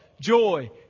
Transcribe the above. joy